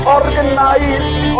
organized